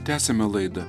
tęsiame laidą